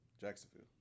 jacksonville